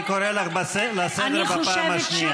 אני קורא אותך לסדר בפעם השנייה.